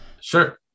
Sure